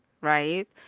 right